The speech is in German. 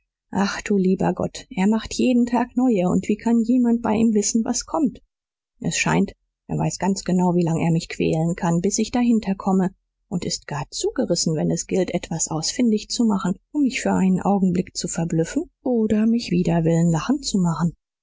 aber du lieber gott er macht jeden tag neue und wie kann jemand bei ihm wissen was kommt es scheint er weiß ganz genau wie lange er mich quälen kann bis ich dahinter komme und ist gar zu gerissen wenn es gilt etwas ausfindig zu machen um mich für einen augenblick zu verblüffen oder mich wider willen lachen zu machen